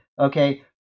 Okay